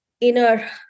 inner